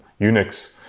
Unix